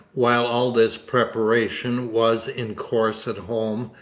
while all this preparation was in course at home,